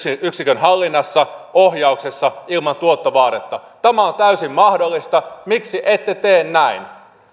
yksikön hallinnassa ohjauksessa ilman tuottovaadetta tämä on täysin mahdollista miksi ette tee näin